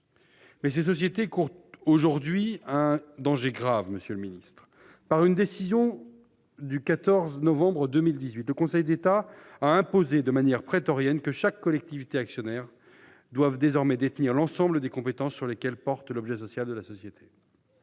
Mais ces sociétés courent aujourd'hui un danger grave. Par une décision du 14 novembre 2018, le Conseil d'État a imposé, de manière prétorienne, que chaque collectivité actionnaire détienne désormais l'ensemble des compétences sur lesquelles porte l'objet social de la société.